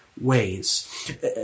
ways